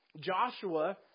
Joshua